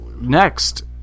next